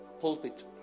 pulpit